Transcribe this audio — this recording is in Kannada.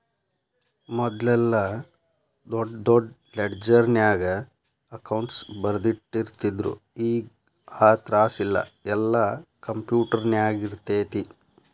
ಮದ್ಲೆಲ್ಲಾ ದೊಡ್ ದೊಡ್ ಲೆಡ್ಜರ್ನ್ಯಾಗ ಅಕೌಂಟ್ಸ್ ಬರ್ದಿಟ್ಟಿರ್ತಿದ್ರು ಈಗ್ ಆ ತ್ರಾಸಿಲ್ಲಾ ಯೆಲ್ಲಾ ಕ್ಂಪ್ಯುಟರ್ನ್ಯಾಗಿರ್ತೆತಿ